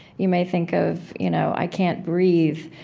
you may think of you know i can't breathe